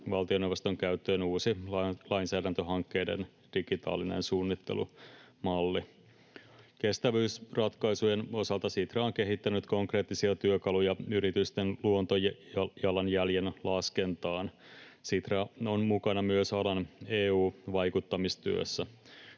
valtioneuvoston käyttöön uusi lainsäädäntöhankkeiden digitaalinen suunnittelumalli. Kestävyysratkaisujen osalta Sitra on kehittänyt konkreettisia työkaluja yritysten luontojalanjäljen laskentaan. Sitra on mukana myös alan EU-vaikuttamistyössä.